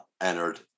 entered